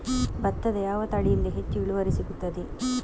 ಭತ್ತದ ಯಾವ ತಳಿಯಿಂದ ಹೆಚ್ಚು ಇಳುವರಿ ಸಿಗುತ್ತದೆ?